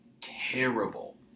terrible